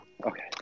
okay